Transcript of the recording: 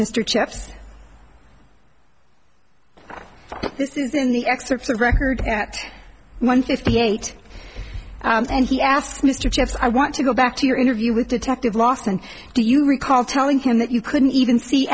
jeffs this isn't the excerpts of record one fifty eight and he asked mr jeffs i want to go back to your interview with detective lost and do you recall telling him that you couldn't even see